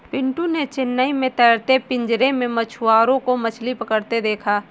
पिंटू ने चेन्नई में तैरते पिंजरे में मछुआरों को मछली पकड़ते देखा